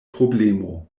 problemo